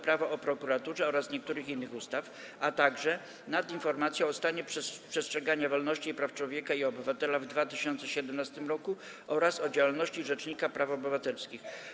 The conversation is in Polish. Prawo o prokuraturze oraz niektórych innych ustaw, - nad informacją o stanie przestrzegania wolności i praw człowieka i obywatela w 2017 r. oraz o działalności rzecznika praw obywatelskich.